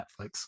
Netflix